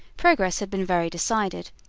progress had been very decided.